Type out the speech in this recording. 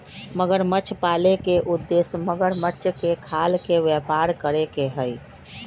मगरमच्छ पाले के उद्देश्य मगरमच्छ के खाल के व्यापार करे के हई